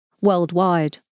worldwide